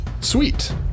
Sweet